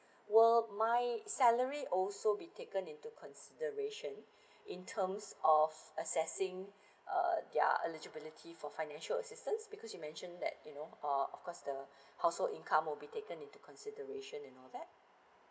will my salary also be taken into consideration in terms of assessing uh yeah eligibility for financial assistance because you mentioned that you know uh of course the household income will be taken into consideration and all that